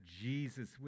Jesus